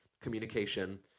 communication